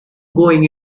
going